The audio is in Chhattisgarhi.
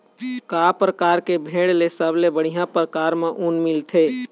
का परकार के भेड़ ले सबले बढ़िया परकार म ऊन मिलथे?